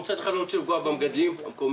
מצד אחד, אנחנו לא רוצים לפגוע במגדלים המקומיים.